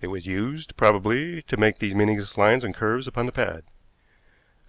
it was used, probably, to make these meaningless lines and curves upon the pad.